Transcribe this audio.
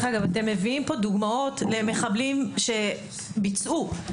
אתם מביאים פה דוגמאות למחבלים שכבר ביצעו פיגועים.